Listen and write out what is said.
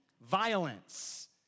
violence